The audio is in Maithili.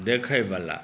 देखयवला